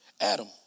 Adam